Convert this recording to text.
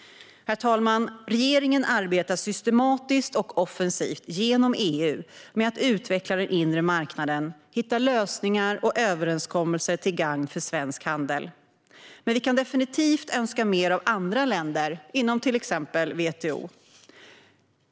Herr talman! Regeringen arbetar systematiskt och offensivt genom EU med att utveckla den inre marknaden och hitta lösningar och överenskommelser till gagn för svensk handel. Men vi kan definitivt önska mer av andra länder inom till exempel WTO.